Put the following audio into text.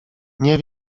nie